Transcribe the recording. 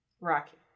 Rocky